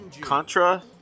Contra